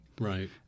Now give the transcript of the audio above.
Right